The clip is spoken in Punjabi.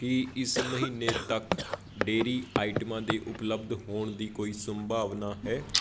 ਕੀ ਇਸ ਮਹੀਨੇ ਤੱਕ ਡੇਅਰੀ ਆਈਟਮਾਂ ਦੇ ਉਪਲਬਧ ਹੋਣ ਦੀ ਕੋਈ ਸੰਭਾਵਨਾ ਹੈ